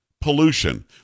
pollution